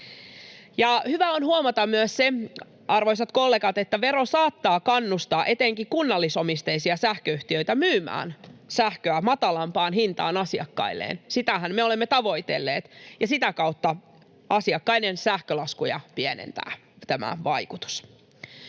hyvä on huomata myös se, arvoisat kollegat, että vero saattaa kannustaa etenkin kunnallisomisteisia sähköyhtiöitä myymään sähköä matalampaan hintaan asiakkailleen — sitähän me olemme tavoitelleet — ja sitä kautta pienentää asiakkaiden sähkölaskuja, tämä vaikutus.